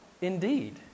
indeed